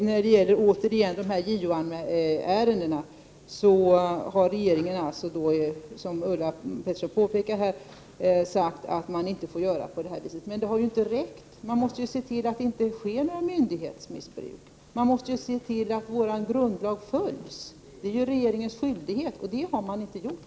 När det återigen gäller de här JO-ärendena har regeringen alltså, som Ulla Pettersson påpekade här, sagt att man inte får göra på det här sättet. Men det har ju inte räckt. Man måste se till att det inte sker några myndighetsmissbruk. Man måste se till att vår grundlag följs. Det är regeringens skyldighet. Det har man inte gjort.